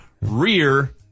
rear